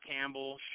Campbell